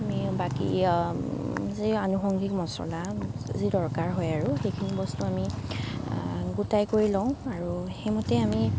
আমি বাকী যি আনুষংগিক মছলা যি দৰকাৰ হয় আৰু সেইখিনি বস্তু আমি গোটাই কৰি লওঁ আৰু সেইমতেই আমি